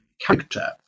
character